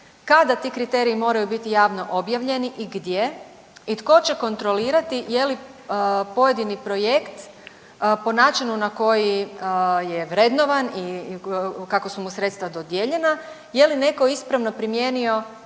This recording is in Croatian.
kada ti kriteriji moraju biti javno objavljeni i gdje i tko će kontrolirati je li pojedini projekt po načinu na koji je vrednovan i kako su mu sredstva dodijeljena, je li netko ispravno primijenio